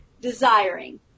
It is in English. desiring